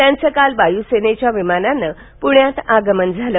यांचं काल वाय्सेनेच्या विमानाने प्ण्यात आगमन झालं